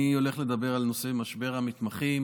אני הולך לדבר על נושא משבר המתמחים